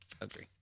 Agree